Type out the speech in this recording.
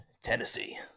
Tennessee